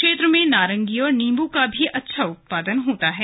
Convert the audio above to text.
क्षेत्र में नारंगी और नींबू का भी अच्छा उत्पादन होता है